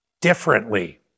differently